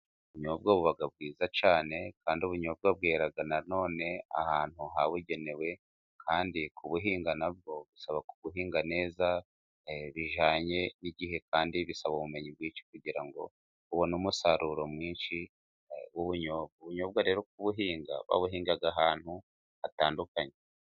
Ubunyobwa buba bwiza cyane kandi ubunyobwa bwera na none ahantu habugenewe kandi kubuhinga nabwo busaba guhingwa neza bijyanye n'igihe kandi bisaba ubumenyi bwinshi kugira ngo ubone umusaruro mwinshi. Ubunyobwa rero ku buhinga bawuhinga ahantu hatandukanye.